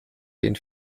den